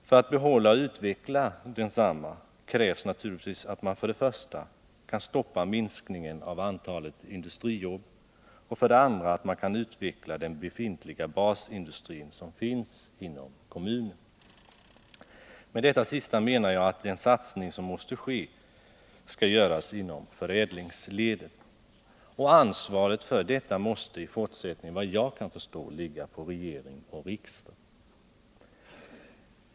För att behålla och utveckla den krävs naturligtvis att man för det första kan stoppa minskningen av antalet industrijobb och för det andra att man kan utveckla den befintliga basindustri som finns inom kommunen. Med det sista menar jag att den satsning som måste ske skall göras inom förädlingsledet. Ansvaret för detta måste i fortsättningen, vad jag kan förstå, ligga på regering och riksdag.